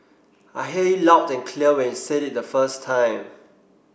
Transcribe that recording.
I hear you loud and clear when you said it the first time